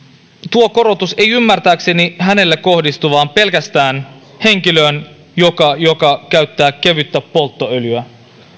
tuo korotus ei ymmärtääkseni hänelle kohdistu vaan pelkästään henkilöön joka joka käyttää kevyttä polttoöljyä